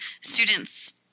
students